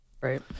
Right